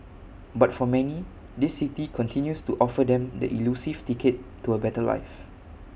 but for many this city continues to offer them the elusive ticket to A better life